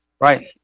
right